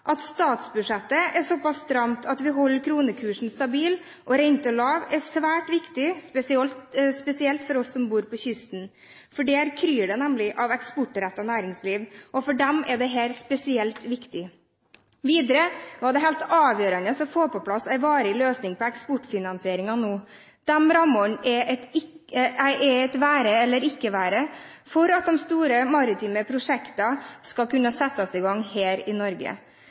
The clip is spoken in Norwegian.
At statsbudsjettet er så pass stramt at vi holder kronekursen stabil og renten lav, er svært viktig, spesielt for oss som bor på kysten, for der kryr det nemlig av eksportrettet næringsliv, og for dem er dette spesielt viktig. Videre var det helt avgjørende å få på plass en varig løsning på eksportfinansieringen nå. Disse rammene er et være eller ikke være for at de store maritime prosjektene skal kunne settes i gang her i Norge.